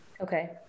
okay